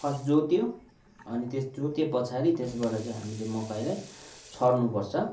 first जोत्यो अनि त्यस जोते पछाडि त्यसबाट चाहिँ हामीले मकैलाई छर्नु पर्छ